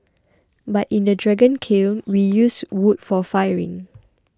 but in a dragon kiln we use wood for firing